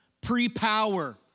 pre-power